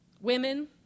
Women